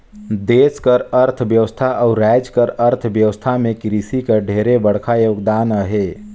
देस कर अर्थबेवस्था अउ राएज कर अर्थबेवस्था में किरसी कर ढेरे बड़खा योगदान अहे